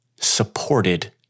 supported